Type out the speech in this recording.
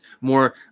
more